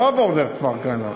לא עבור דרך כפר-כנא,